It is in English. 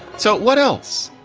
so what else,